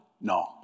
No